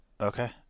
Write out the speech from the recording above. Okay